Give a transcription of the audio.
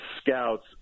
scouts